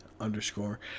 underscore